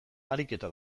ariketa